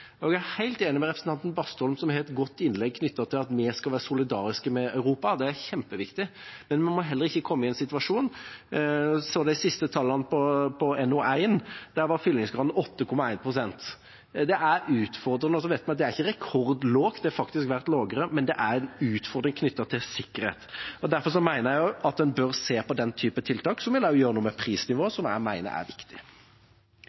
Jeg er helt enig med representanten Bastholm, som hadde et godt innlegg knyttet til at vi skal være solidariske med Europa – det er kjempeviktig. Men vi må heller ikke komme i en situasjon som den jeg så i de siste tallene for NO1; der var fyllingsgraden 8,1 pst, og det er utfordrende. Vi vet også at det ikke er rekordlavt, det har faktisk vært lavere, men det er en utfordring knyttet til sikkerhet. Derfor mener jeg også at en bør se på den typen tiltak, som også vil gjøre noe med